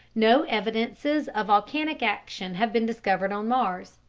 no evidences of volcanic action have been discovered on mars.